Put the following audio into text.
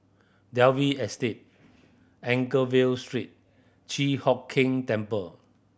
Dalvey Estate Anchorvale Street Chi Hock Keng Temple